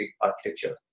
architecture